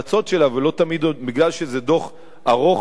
כי זה דוח ארוך ומורכב,